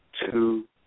two